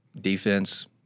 defense